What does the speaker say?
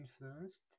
influenced